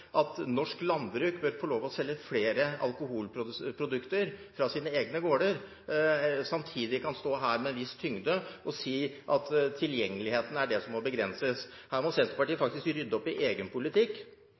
at norsk landbruk bør få lov til å selge flere alkoholprodukter fra sine egne gårder, samtidig kan stå her med en viss tyngde og si at tilgjengeligheten er det som må begrenses. Her må Senterpartiet